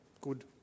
good